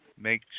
Make